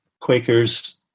Quakers